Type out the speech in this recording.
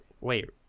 wait